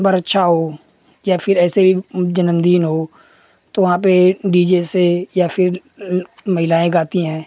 बरच्छा हो या फिर ऐसे ही जनम दिन हो तो वहाँ पर डी जे से या फिर महिलाएँ गाती हैं